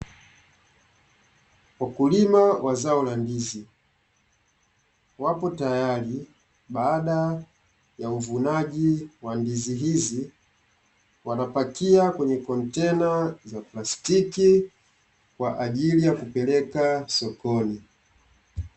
Wakulima wa zao la ndizi wapo tayari baada ya uvunaji wa ndizi hizi, wanapakia kwenye kontena za plastiki kwa ajili ya kupeleka sokoni.